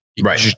Right